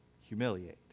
humiliate